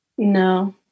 No